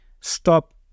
stop